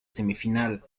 semifinal